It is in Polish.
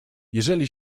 jeżeli